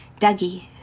Dougie